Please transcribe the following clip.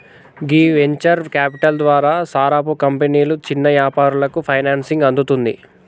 గీ venture capital ద్వారా సారపు కంపెనీలు చిన్న యాపారాలకు ఫైనాన్సింగ్ అందుతుంది